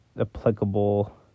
applicable